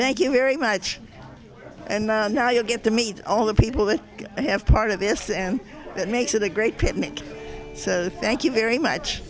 thank you very much and now you get to meet all the people that have part of this and that makes it a great pity that says thank you very much